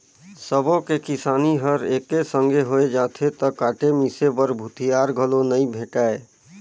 सबो के किसानी हर एके संघे होय जाथे त काटे मिसे बर भूथिहार घलो नइ भेंटाय